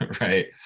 Right